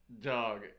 Dog